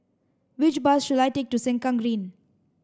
which bus should I take to Sengkang Green